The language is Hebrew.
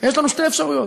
יש לנו שתי אפשרויות.